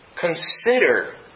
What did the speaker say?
Consider